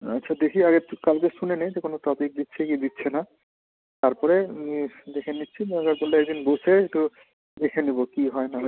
আচ্ছা দেখি আগে তু কালকে শুনে নে যে কোনো টপিক দিচ্ছে কী দিচ্ছে না তারপরে দেখে নিচ্ছি দরকার পড়লে এক দিন বসে একটু দেখে নেবো কী হয় না হয়